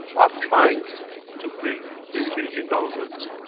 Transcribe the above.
i'm trying to bring the iranian government,